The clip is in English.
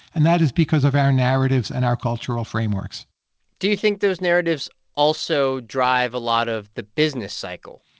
and that is because of our narratives and our cultural frameworks do you think those narratives also drive a lot of the business cycle?